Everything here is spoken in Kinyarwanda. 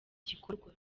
gikorwa